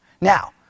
Now